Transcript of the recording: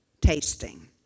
tasting